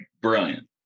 Brilliant